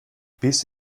biss